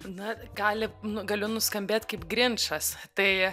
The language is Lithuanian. na gali nu galiu nuskambėt kaip grinčas tai